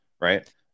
right